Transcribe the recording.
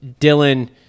Dylan